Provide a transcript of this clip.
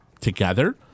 together